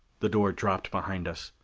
the door dropped behind us.